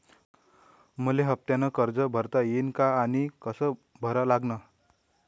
मले हफ्त्यानं कर्ज भरता येईन का आनी कस भरा लागन?